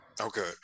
okay